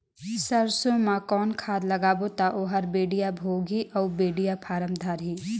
सरसो मा कौन खाद लगाबो ता ओहार बेडिया भोगही अउ बेडिया फारम धारही?